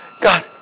God